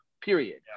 period